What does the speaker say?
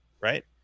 Right